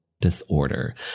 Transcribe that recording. disorder